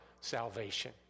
salvation